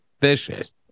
Vicious